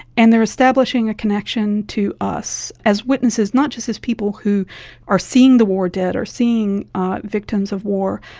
and they are establishing a connection to us as witnesses, not just as people who are seeing the war dead or seeing victims of war,